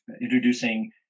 introducing